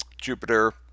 Jupiter